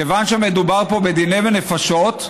כיוון שמדובר פה בדיני נפשות,